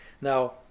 Now